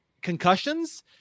concussions